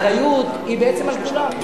האחריות היא בעצם על כולם.